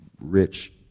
rich